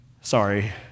Sorry